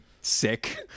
sick